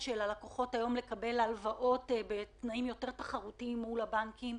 של הלקוחות לקבל הלוואות בתנאים יותר תחרותיים מול הבנקים.